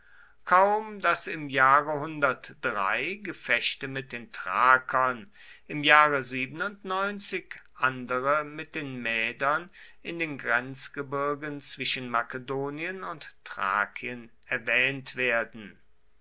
kaum daß im jahre gefechte mit den thrakern im jahre andere mit den mädern in den grenzgebirgen zwischen makedonien und thrakien erwähnt werden